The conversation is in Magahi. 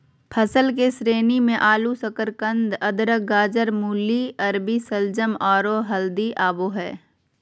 फसल के श्रेणी मे आलू, शकरकंद, अदरक, गाजर, मूली, अरबी, शलजम, आरो हल्दी आबो हय